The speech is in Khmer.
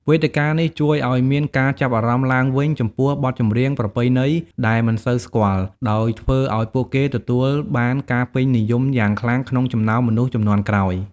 វេទិកានេះជួយធ្វើឱ្យមានការចាប់អារម្មណ៍ឡើងវិញចំពោះបទចម្រៀងប្រពៃណីដែលមិនសូវស្គាល់ ដោយធ្វើឱ្យពួកគេទទួលបានការពេញនិយមយ៉ាងខ្លាំងក្នុងចំណោមមនុស្សជំនាន់ក្រោយ។